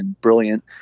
brilliant